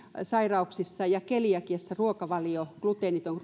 sairauksissa ja keliakiassa gluteeniton